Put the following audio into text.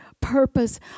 purpose